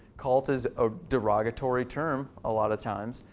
cult is a derogatory term a lot of times.